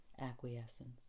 acquiescence